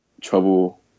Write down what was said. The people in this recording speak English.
trouble